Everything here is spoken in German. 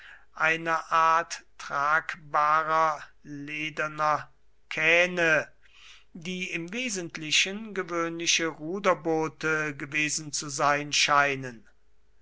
einer art tragbarer lederner kähne die im wesentlichen gewöhnliche ruderboote gewesen zu sein scheinen